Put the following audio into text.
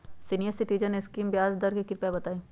senior citizen scheme के ब्याज दर कृपया बताईं